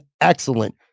excellent